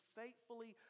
faithfully